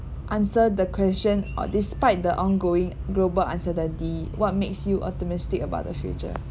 answer the question oh despite the ongoing global uncertainty what makes you optimistic about the future